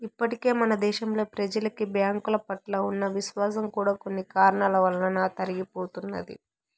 ఇప్పటికే మన దేశంలో ప్రెజలకి బ్యాంకుల పట్ల ఉన్న విశ్వాసం కూడా కొన్ని కారణాల వలన తరిగిపోతున్నది